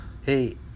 hey